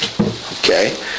Okay